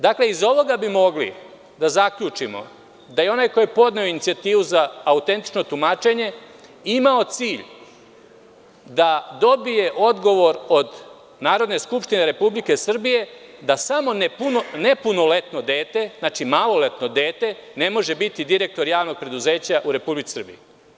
Dakle, iz ovoga bi mogli da zaključimo da je onaj ko je podneo inicijativu za autentično tumačenje imao cilj da dobije odgovor od Narodne skupštine Republike Srbije da samo nepunoletno dete, znači maloletno dete ne može biti direktor javnog preduzeća u Republici Srbiji.